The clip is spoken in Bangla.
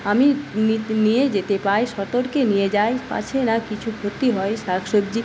আমি নিত নিয়ে যেতে পাই সতর্কে নিয়ে যাই পাছে না কিছু ক্ষতি হয় শাক সবজি